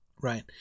right